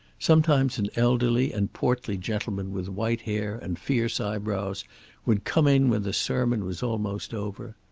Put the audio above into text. sometimes an elderly and portly gentleman with white hair and fierce eyebrows would come in when the sermon was almost over.